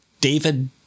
David